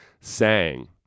sang